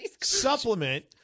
supplement